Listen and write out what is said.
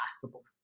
possible